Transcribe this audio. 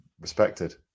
Respected